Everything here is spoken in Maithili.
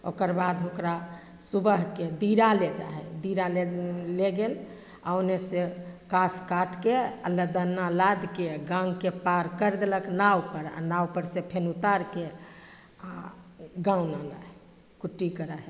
ओकर बाद ओकरा सुबहके दीरा ले जा हइ दीरा ले गेल आ ओने से कास काटके आ लद्दना लादके गाङ्गके पार कर देलक नाओ पर आ नाओ पर से फेन उतारके आ गाँवमे आनऽ हइ कुट्टी करऽ हइ